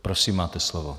Prosím, máte slovo.